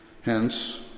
Hence